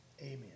amen